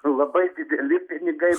labai dideli pinigai